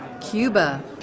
cuba